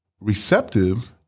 receptive